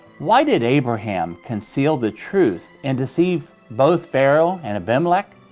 why did abraham conceal the truth and deceive both pharaoh and abimelech?